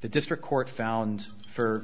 the district court found for